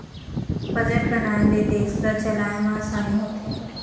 budget बनाए ले देस ल चलाए म असानी होथे